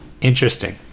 interesting